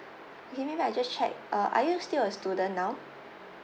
okay maybe I just check uh are you still a student now